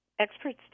Experts